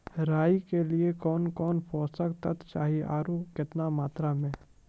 राई के लिए कौन कौन पोसक तत्व चाहिए आरु केतना मात्रा मे?